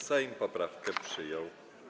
Sejm poprawkę przyjął.